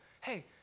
Hey